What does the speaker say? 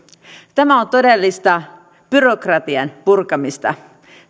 tämä on todellista byrokratian purkamista